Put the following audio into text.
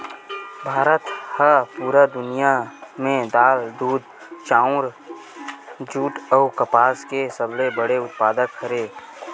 भारत हा पूरा दुनिया में दाल, दूध, चाउर, जुट अउ कपास के सबसे बड़े उत्पादक हरे